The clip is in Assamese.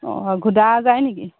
অঁ ঘোদা যায় নেকি